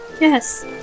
yes